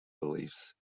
beliefs